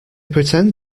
pretend